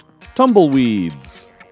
Tumbleweeds